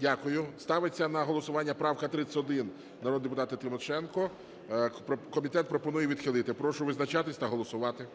Дякую. Ставиться на голосування правка 31 народного депутата Тимошенко. Комітет пропонує відхилити. Прошу визначатись та голосувати.